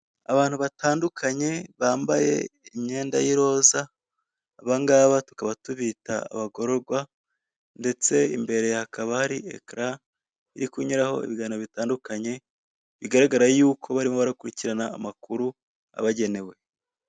Abantu batandunkanye bambaye imyenda y'iroza, aba ngaba tukaba tubita abagororwa ndetse imbere hakaba hari ekara, iri kunyuraho ibiganiro bitandukanye, bigaragara yuko barimo barakurikirana amakuru abagenewe